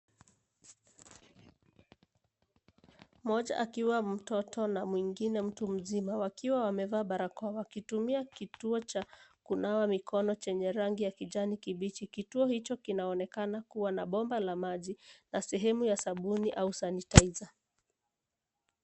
Mmoja akiwa mtoto na mwingine mtu mzima wakiwa wamevaa barakoa wakitumia kituo cha kunawa mikono chenye rangi ya kijani kibichi. Kituo hicho kinaonekana kuwa na bomba la maji na sehemu ya sabuni au sanitizer .